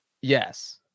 Yes